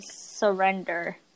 surrender